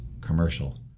commercial